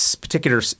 particular –